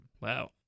Wow